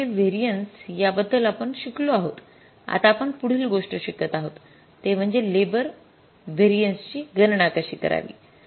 material variances याबद्दल आपण शिकलो आहोत आता आपण पुढील गोष्ट शिकत आहोत ते म्हणजे लेबर व्हेरिएन्सेसची गणना कशी करावी